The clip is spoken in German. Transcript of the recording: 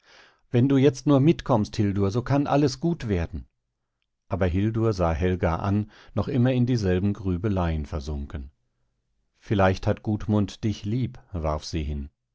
wenn du jetzt nur mitkommst hildur so kann alles gut werden aber hildur sah helga an noch immer in dieselben grübeleien versunken vielleicht hat gudmund dich lieb warf sie hin